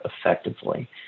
effectively